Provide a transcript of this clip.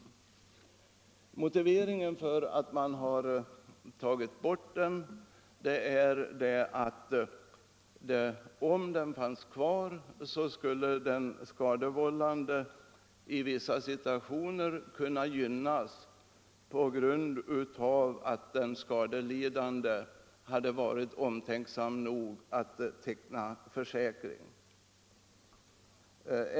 Motiveringen härför är att om bestämmelsen fanns kvar skulle den skadevållande i vissa si skadeståndslagen, tuationer kunna gynnas genom att den skadelidande hade varit omtänksam nog att teckna försäkring.